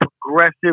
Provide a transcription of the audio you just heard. progressive